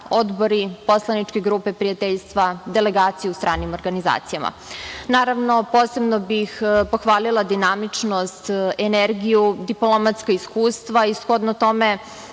odbori, poslaničke grupe prijateljstva, delegacije u stranim organizacijama. Naravno, posebno bih pohvalila dinamičnost, energiju, diplomatska iskustva i shodno tome